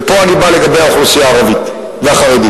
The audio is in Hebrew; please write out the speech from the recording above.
ופה אני בא לגבי האוכלוסייה הערבית והחרדית.